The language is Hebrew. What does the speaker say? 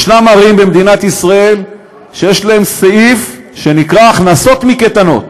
יש ערים במדינת ישראל שיש להן סעיף שנקרא "הכנסות מקייטנות",